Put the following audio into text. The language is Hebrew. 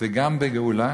וגם בגאולה,